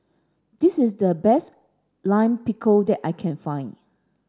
this is the best Lime Pickle that I can find